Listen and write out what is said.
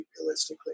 realistically